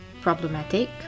problematic